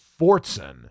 Fortson